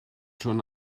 schon